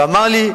הוא אמר לי: